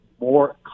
more